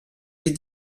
des